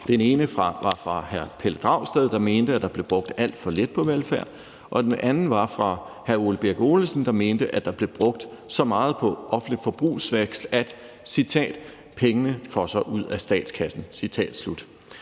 Den ene var fra hr. Pelle Dragsted, der mente, at der blev brugt alt for lidt på velfærd, og den anden var fra hr. Ole Birk Olesen, der mente, at der blev brugt så meget på offentlig forbrugsvækst, at – citat – »pengene fosser ud af statskassen«.